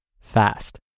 fast